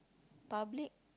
public